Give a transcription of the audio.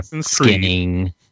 skinning